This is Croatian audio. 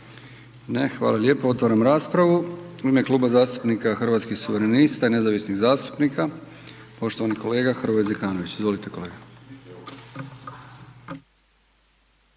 Ne, hvala lijepo. Otvaram raspravu. u ime Kluba zastupnika Hrvatskih suverenista i nezavisnih zastupnika poštovani kolega Hrvoje Zekanović, izvolite kolega.